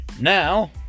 Now